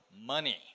money